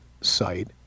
site